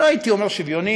אני לא הייתי אומר שוויוני,